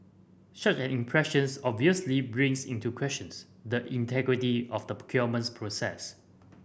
such an impressions obviously brings into questions the integrity of the procurements process